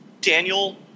Daniel